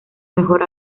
mejor